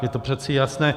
Je to přece jasné.